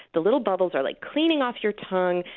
the little bubbles are like cleaning off your tongue,